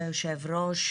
חיזבאללה,